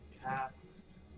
cast